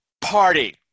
party